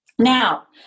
Now